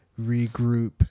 regroup